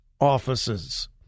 offices